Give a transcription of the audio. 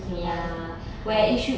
ya !huh!